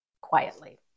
Quietly